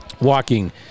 walking